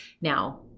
Now